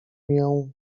mię